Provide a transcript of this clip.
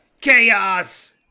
Chaos